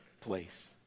place